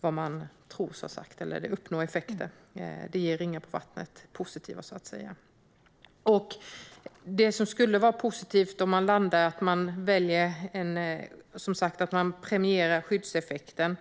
vad man tror, och det kan ge positiva ringar på vattnet. Det skulle vara positivt om man premierade skyddseffekten.